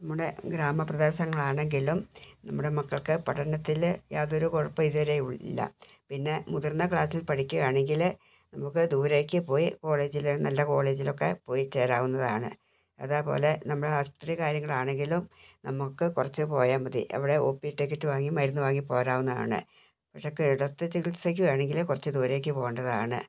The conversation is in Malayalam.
നമ്മുടെ ഗ്രാമപ്രദേശങ്ങൾ ആണെങ്കിലും നമ്മുടെ മക്കൾക്ക് പഠനത്തിൽ യാതൊരു കുഴപ്പവും ഇതുവരെയില്ല പിന്നെ മുതിർന്ന ക്ലാസ്സിൽ പഠിക്കുകയാണെങ്കിൽ നമുക്ക് ദൂരേക്ക് പോയി കോളേജിൽ നല്ല കോളേജിൽ ഒക്കെ പോയി ചേരാവുന്നതാണ് അതുപോലെ നമ്മുടെ ആശുപത്രി കാര്യങ്ങൾ ആണെങ്കിലും നമുക്ക് കുറച്ച് പോയാൽ മതി അവിടെ ഒ പി ടിക്കറ്റ് വാങ്ങി മരുന്ന് വാങ്ങി പോരാവുന്നതാണ് പക്ഷേ കിടത്തി ചികിത്സക്ക് ആണെങ്കിൽ കുറച്ച് ദൂരേക്ക് പോവേണ്ടതാണ്